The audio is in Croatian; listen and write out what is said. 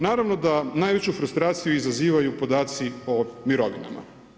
Naravno da najveću frustraciju izazivaju podaci o mirovinama.